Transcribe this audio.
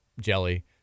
jelly